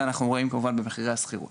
אנחנו רואים כמובן במחירי שכר הדירה.